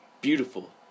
Beautiful